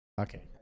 okay